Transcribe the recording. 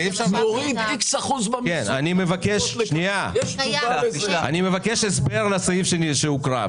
אני מבקש הסבר לסעיף שהוקרא.